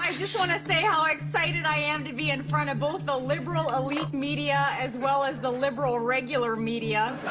just want to say how excited i am to be in front of both the liberal elite media as well as the liberal regular media.